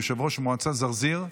יושב-ראש מועצת זרזיר,